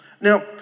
Now